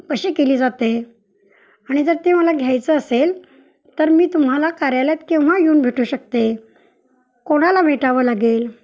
कशी केली जाते आणि जर ते मला घ्यायचं असेल तर मी तुम्हाला कार्यालयात केव्हा येऊन भेटू शकते कोणाला भेटावं लागेल